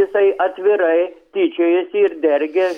jisai atvirai tyčiojasi ir dergia